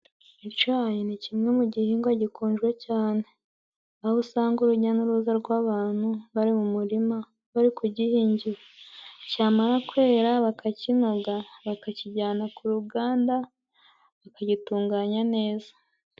Icayi ni kimwe mu gihingwa gikonjwe cyane. Aho usanga urujya n'uruza rw'abantu bari mu murima bari ku gihingi. Cyamara kwera bakakinaga, bakakijyana ku ruganda bakagitunganya neza.